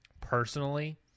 personally